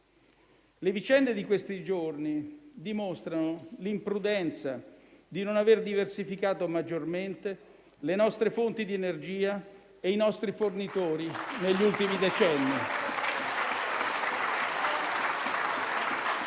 Le vicende di questi giorni dimostrano l'imprudenza di non aver diversificato maggiormente le nostre fonti di energia e i nostri fornitori negli ultimi decenni.